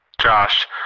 Josh